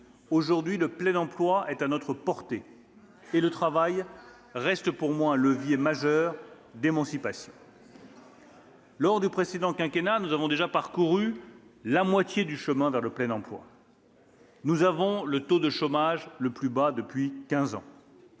Aujourd'hui, le plein emploi est à notre portée. Et le travail reste pour moi un levier majeur d'émancipation. « Lors du précédent quinquennat, nous avons déjà parcouru la moitié du chemin vers le plein emploi : nous avons le taux de chômage le plus bas depuis quinze